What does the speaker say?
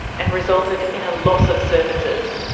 and resulted in a loss of services'.